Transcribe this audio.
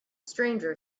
stranger